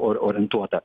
or orientuota